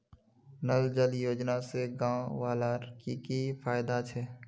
नल जल योजना से गाँव वालार की की फायदा छे?